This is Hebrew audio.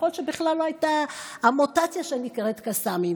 יכול להיות שבכלל לא הייתה המוטציה שנקראת קסאמים.